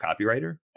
copywriter